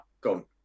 gone